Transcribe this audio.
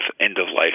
end-of-life